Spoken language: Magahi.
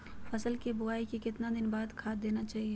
फसल के बोआई के कितना दिन बाद खाद देना चाइए?